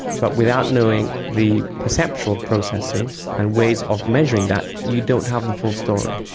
but without knowing the perceptual processing and ways of measuring that, you don't have the full story.